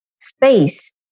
space